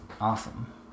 Awesome